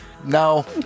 No